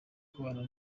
kubana